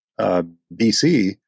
BC